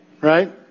Right